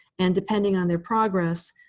and depending on their progress,